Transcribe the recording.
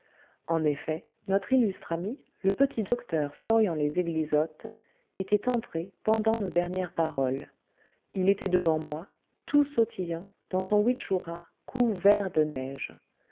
en effet notre illustre ami le petit docteur florian les eglisottes était entré pendant nos dernières paroles il était devant moi tout sautillant dans son witchoûra couvert de neige